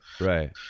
right